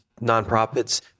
nonprofits